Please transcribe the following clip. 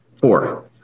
Four